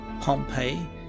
Pompeii